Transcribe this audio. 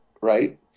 right